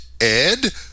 Ed